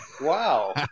Wow